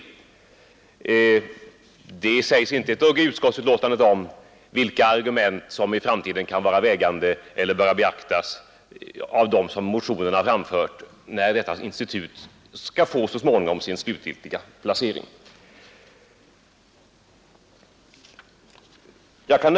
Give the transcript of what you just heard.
Utskottet säger ingenting om vilka av de i motionen framförda argumenten som i framtiden skall vara vägande eller bör beaktas när institutet för social forskning så småningom skall få sin slutgiltiga placering.